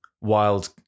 wild